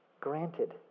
granted